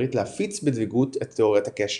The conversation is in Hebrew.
הבולגרית להפיץ בדבקות את תאוריית הקשר.